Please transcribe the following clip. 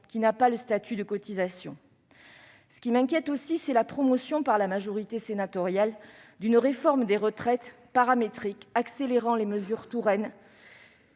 qui n'a pas le statut de cotisation. Je m'inquiète aussi de la promotion par la majorité sénatoriale d'une réforme des retraites paramétrique visant à accélérer les mesures Touraine